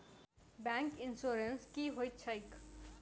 Bank insurance की होइत छैक?